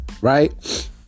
right